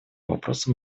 вопросам